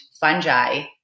fungi